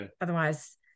otherwise